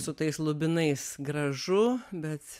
su tais lubinais gražu bet